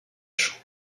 champs